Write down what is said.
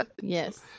Yes